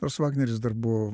nors vagneris dar buvo